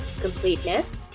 completeness